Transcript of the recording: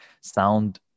sound